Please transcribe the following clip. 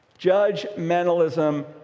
Judgmentalism